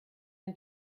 den